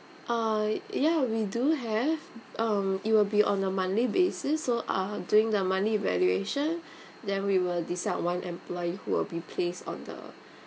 uh ya we do have um it will be on a monthly basis so uh during the monthly valuation then we will decide on one employee who will be placed on the